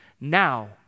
Now